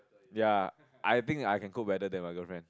ya I think I can cope better than my girlfriend